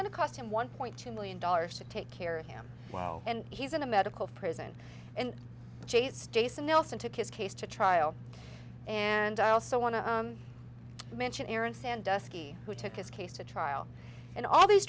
to cost him one point two million dollars to take care of him well and he's in a medical prison and jason nelson took his case to trial and i also want to mention aaron sandusky who took his case to trial and all these